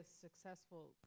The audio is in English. successful